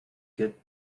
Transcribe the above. get